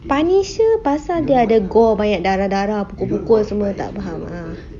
punisher pasal dia ada pukul banyak darah-darah pukul-pukul semua tak faham